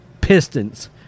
Pistons